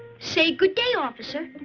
say good day, officer.